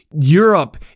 Europe